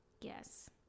yes